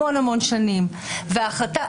המשפט,